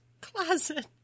Closet